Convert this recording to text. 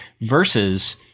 versus